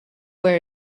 where